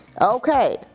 Okay